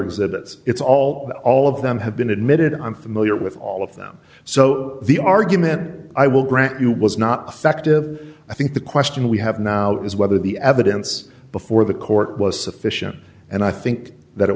that it's all all of them have been admitted i'm familiar with all of them so the argument i will grant you was not defective i think the question we have now is whether the evidence before the court was sufficient and i think that it